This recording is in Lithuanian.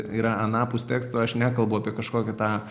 yra anapus teksto aš nekalbu apie kažkokį tą